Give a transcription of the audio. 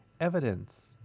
evidence